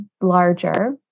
larger